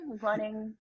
running